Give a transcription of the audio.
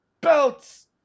belt's